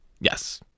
Yes